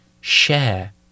share